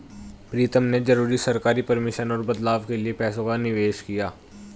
प्रीतम ने जरूरी सरकारी परमिशन और बदलाव के लिए पैसों का निवेश किया